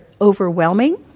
overwhelming